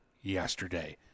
yesterday